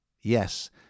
yes